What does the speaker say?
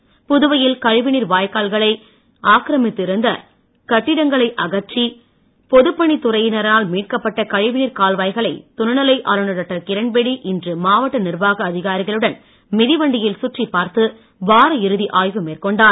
கிரண்பேடி புதுவையில் கழிவுநீர் வாய்க்கால்களை கட்டிடங்களை அகற்றி பொதுப்பணித் துறையினரால் மீட்கப்பட்ட கழிவுநீர் கால்வாய்களை துணைநிலை ஆளுநர் டாக்டர் கிரண்பேடி இன்று மாவட்ட நிர்வாக அதிகாரிகளுடன் மிதிவண்டியில் சுற்றிப் பார்த்து வார இறுதி ஆய்வு மேற்கொண்டார்